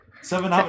Seven